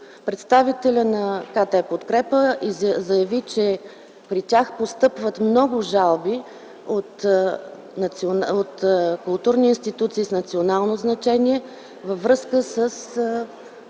Представителят на КТ „Подкрепа” заяви, че при тях постъпват много жалби от културни институции с национално значение във връзка с